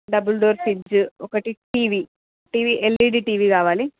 double door fridge ఒకటీ TV TV LED TV కావాలి